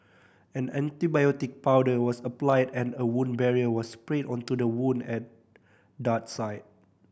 an antibiotic powder was applied and a wound barrier was sprayed onto the wound and dart site